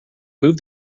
move